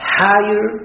higher